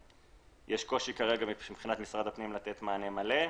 יש קושי מבחינת משרד הפנים לתת מענה מלא.